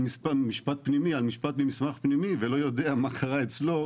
על משפט ממסמך פנימי ולא יודע מה קרה אצלו בפועל.